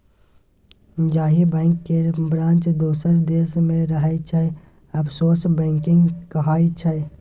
जाहि बैंक केर ब्रांच दोसर देश मे रहय छै आफसोर बैंकिंग कहाइ छै